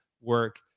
work